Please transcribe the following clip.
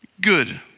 good